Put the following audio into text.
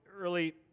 early